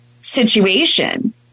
situation